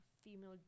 female